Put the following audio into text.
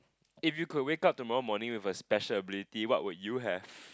if you could wake up tomorrow morning with a special ability what would you have